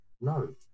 no